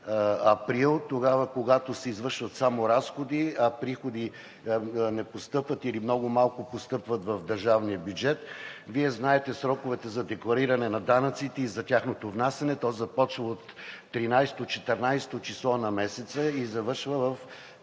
април – тогава, когато се извършват само разходи, а приходи не постъпват или много малко постъпват в държавния бюджет. Вие знаете, че сроковете за деклариране на данъците и за тяхното внасяне започва от 13-о, 14-о число на месеца и завършва към